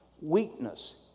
weakness